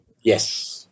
Yes